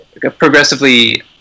progressively